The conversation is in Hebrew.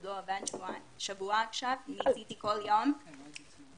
כל יום וכבר שבוע הוא לא עובד.